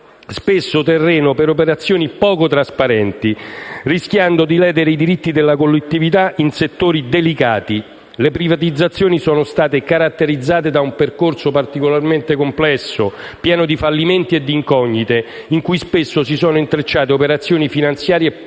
spesso terreno per operazioni poco trasparenti, rischiando di ledere i diritti della collettività in settori delicati. Le privatizzazioni sono state caratterizzate da un percorso particolarmente complesso, pieno di fallimenti e di incognite, in cui spesso si sono intrecciate operazioni finanziarie poco